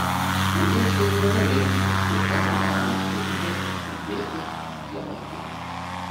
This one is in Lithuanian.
būtent tai ir yra leibnico skirta monadoms savybė atspindėti viena kitą